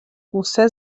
بوسه